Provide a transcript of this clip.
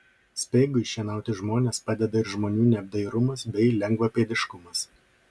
speigui šienauti žmones padeda ir žmonių neapdairumas bei lengvapėdiškumas